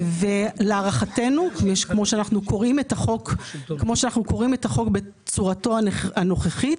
להערכתנו כפי שאנו קוראים את החוק בצורתו הנוכחית,